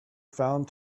found